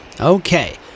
Okay